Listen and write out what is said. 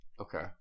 Okay